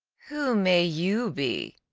who may you be,